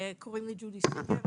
תודה רבה.